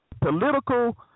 Political